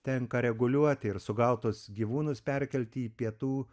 tenka reguliuoti ir sugautus gyvūnus perkelti į pietų